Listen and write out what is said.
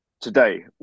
today